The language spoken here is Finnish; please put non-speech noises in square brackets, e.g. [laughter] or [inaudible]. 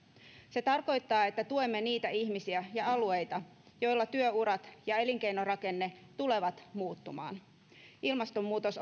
se tarkoittaa että tuemme niitä ihmisiä ja alueita joilla työurat ja elinkeinorakenne tulevat muuttumaan ilmastonmuutos [unintelligible]